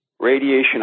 Radiation